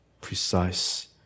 precise